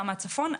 מהצפון.